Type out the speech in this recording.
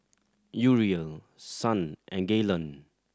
Uriel Son and Gaylon